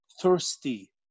thirsty